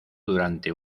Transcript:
durante